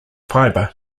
fiber